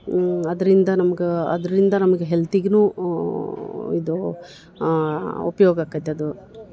ಅದರಿಂದ ನಮ್ಗೆ ಅದರಿಂದ ನಮ್ಗೆ ಹೆಲ್ತಿಗೂ ಇದು ಉಪ್ಯೋಗಾಕ್ಕೈತಿ ಅದು